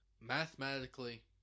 Mathematically